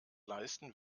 leisten